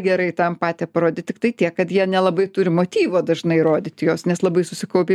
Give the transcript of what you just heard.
gerai tą empatiją parodyt tiktai tiek kad jie nelabai turi motyvo dažnai rodyti juos nes labai susikaupę į